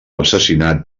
assassinat